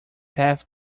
path